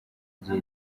igihe